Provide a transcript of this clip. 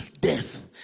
death